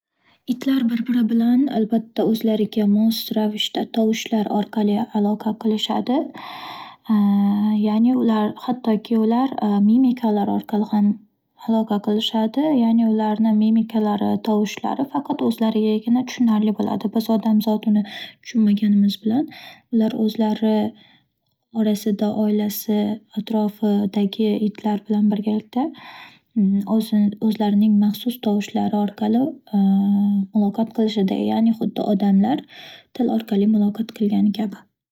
Itlar bir-biri bilan albatta o'zlariga mos ravishda, tovushlar orqali aloqa qilishadi. Ya'ni ular-hattoki ular mimikalar orqali ham aloqa qilishadi. Ya'ni ularni mimikalari, tovushlari faqat o'zlarigagina tushunarli bo'ladi. Biz odamzod uni tushunmaganimiz bilan ular o'zlari o- orasida oilasi, atrofidagi itlar bilan birgalikda o'zi-o'zlarining maxsus tovushlari orqali muloqot qilishadi. Ya'ni, xuddi odamlar til orqali muloqot qilgani kabi.